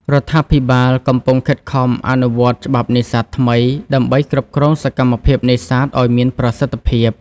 រដ្ឋាភិបាលកំពុងខិតខំអនុវត្ត ច្បាប់នេសាទ ថ្មីដើម្បីគ្រប់គ្រងសកម្មភាពនេសាទឱ្យមានប្រសិទ្ធភាព។